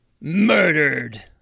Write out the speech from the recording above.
murdered